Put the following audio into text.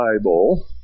Bible